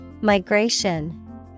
Migration